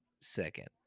second